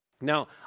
Now